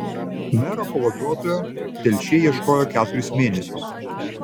mero pavaduotojo telšiai ieškojo keturis mėnesius